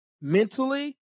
mentally